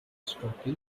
stocky